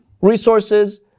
resources